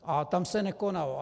A tam se nekonalo.